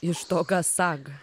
iš to gasak